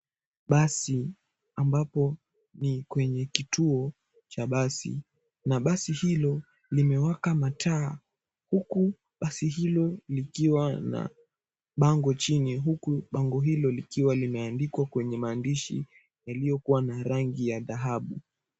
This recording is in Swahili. Basi ambapo ni kwenye kituo cha basi na basi hilo limewaka mataa huku basi hilo likiwa na bango chini huku bango hilo likiwa limeandikwa kwenye maandishi yaliyokuwa na rangi ya dhahabu.